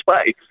space